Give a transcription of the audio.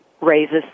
raises